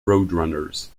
roadrunners